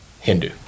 Hindu